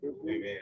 Amen